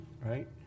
right